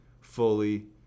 fully